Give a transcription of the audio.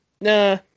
Nah